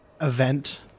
event